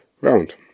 round